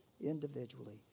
individually